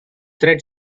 thread